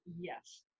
yes